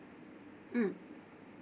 mm